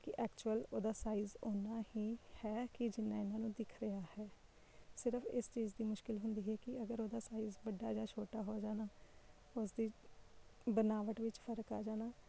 ਕਿ ਐਕਚੁਅਲ ਉਹਦਾ ਸਾਈਜ਼ ਉਨਾਂ ਹੀ ਹੈ ਕਿ ਜਿੰਨਾਂ ਇਹਨਾਂ ਨੂੰ ਦਿਖ ਰਿਹਾ ਹੈ ਸਿਰਫ ਇਸ ਚੀਜ਼ ਦੀ ਮੁਸ਼ਕਿਲ ਹੁੰਦੀ ਹੈ ਕਿ ਅਗਰ ਉਹਦਾ ਸਾਈਜ਼ ਵੱਡਾ ਜਾ ਛੋਟਾ ਹੋ ਜਾਣਾ ਉਸਦੀ ਬਨਾਵਟ ਵਿੱਚ ਫਰਕ ਆ ਜਾਣਾ